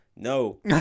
no